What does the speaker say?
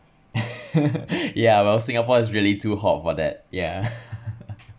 yeah well singapore is really too hot for that yeah